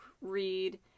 read